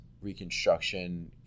reconstruction